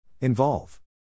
Involve